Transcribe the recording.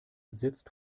sitzt